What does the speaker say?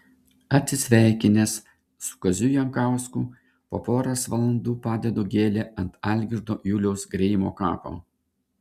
atsisveikinęs su kaziu jankausku po poros valandų padedu gėlę ant algirdo juliaus greimo kapo